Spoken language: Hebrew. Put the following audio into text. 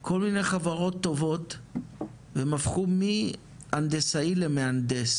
כל מיני חברות טובות והם הפכו מהנדסאי למהנדס